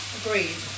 agreed